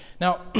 now